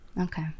Okay